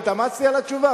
התאמצתי על התשובה,